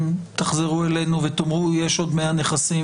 תחזרו אלינו ותאמרו: יש עוד 100 נכסים,